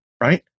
right